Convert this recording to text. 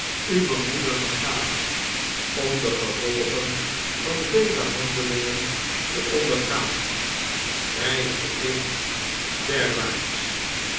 uwer moeder begaaft om de gevolgen van vele handelingen te ontgaan reisde ik